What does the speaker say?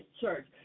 church